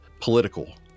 Political